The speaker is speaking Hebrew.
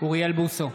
אוריאל בוסו,